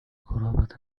قرابة